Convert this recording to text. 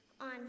on